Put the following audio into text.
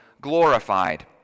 glorified